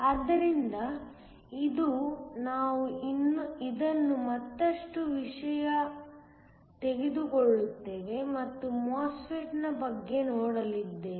ಆದ್ದರಿಂದ ಇಂದು ನಾವು ಇದನ್ನು ಮತ್ತಷ್ಟು ವಿಷಯ ತೆಗೆದುಕೊಳ್ಳುತ್ತೇವೆ ಮತ್ತು MOSFET ನ ಬಗ್ಗೆ ನೋಡಲಿದ್ದೇವೆ